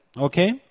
okay